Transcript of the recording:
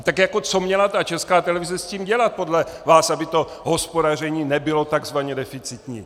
Tak jako co měla ta Česká televize s tím dělat podle vás, aby to hospodaření nebylo tzv. deficitní?